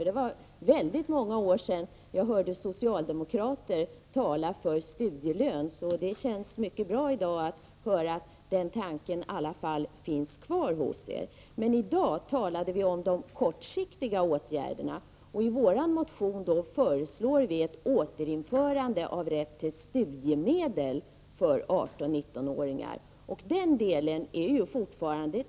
Det var många år sedan jag hörde socialdemokrater tala för studielön, och det känns verkligen bra att i dag få höra att den tanken i alla fall finns kvar hos er. I dag talade vi om de kortsiktiga åtgärderna. I vår motion föreslår vi ett återinförande av rätten till studiemedel för 18-19-åringar.